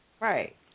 Right